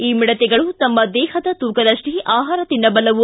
ಈ ಮಿಡತೆಗಳು ತಮ್ಮ ದೇಹದ ತೂಕದಷ್ಟೇ ಆಹಾರ ತಿನ್ನಬಲ್ಲವು